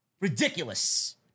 Ridiculous